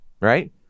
right